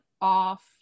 off